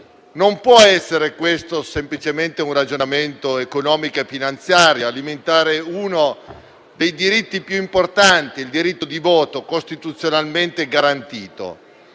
Non può essere semplicemente un ragionamento economico e finanziario a limitare uno dei diritti più importanti, il diritto di voto, che è costituzionalmente garantito.